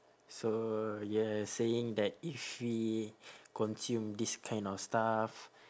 so you're saying that if we consume this kind of stuff